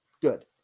Good